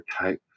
type